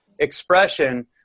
expression –